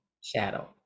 shadow